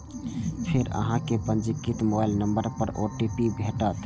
फेर अहां कें पंजीकृत मोबाइल नंबर पर ओ.टी.पी भेटत